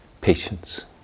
patience